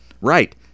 Right